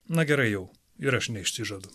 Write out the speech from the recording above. na gerai jau ir aš neišsižadu